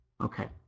Okay